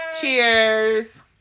Cheers